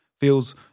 feels